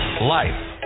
life